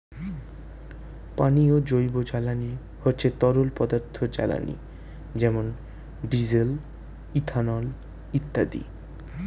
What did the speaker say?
পানীয় জৈব জ্বালানি হচ্ছে তরল পদার্থ জ্বালানি যেমন ডিজেল, ইথানল ইত্যাদি